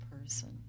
person